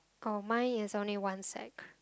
oh my is only one sack